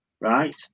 right